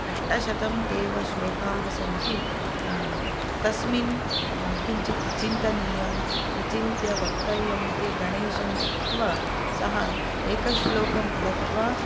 अष्टशतं ते एव श्लोकाः सन्ति तस्मिन् किञ्चित् चिन्तनीयं विचिन्त्य वक्तव्यम् इति गणेशं उक्त्वा सः एकं श्लोकं दत्वा